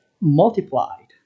multiplied